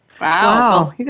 Wow